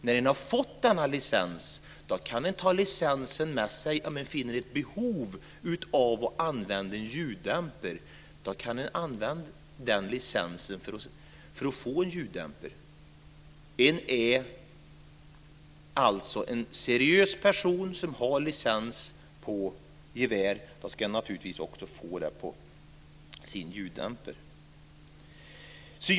När man har fått denna licens kan man, om man finner ett behov av att använda ljuddämpare, använda licensen för att få en ljuddämpare. Alltså ska en seriös person som har licens på gevär naturligtvis också få det på ljuddämpare.